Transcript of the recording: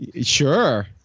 Sure